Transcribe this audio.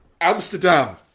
Amsterdam